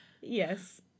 Yes